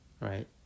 right